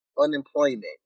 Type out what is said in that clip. unemployment